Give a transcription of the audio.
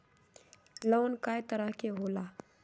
Loan कय तरह के होला?